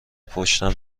پشتم